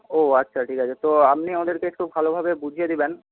ও আচ্ছা ঠিক আছে তো আপনি ওদেরকে একটু ভালোভাবে বুঝিয়ে দেবেন